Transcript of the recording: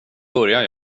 börjar